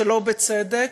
שלא בצדק,